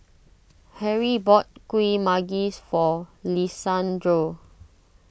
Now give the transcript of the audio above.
Harrie bought Kuih Manggis for Lisandro